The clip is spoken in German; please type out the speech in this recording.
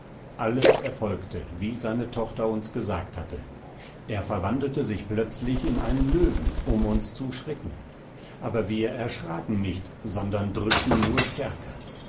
alles erfolgte wie seine tochter uns gesagt hatte er verwandelte sich plötzlich in einen löwen um uns zu schrecken aber wir erschraken nicht sondern drückten nur stärker